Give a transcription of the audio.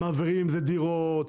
מעבירים עם זה דירות,